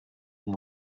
und